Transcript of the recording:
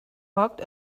walked